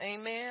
Amen